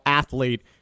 athlete